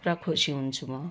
पुरा खुसी हुन्छु म